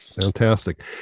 Fantastic